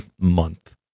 month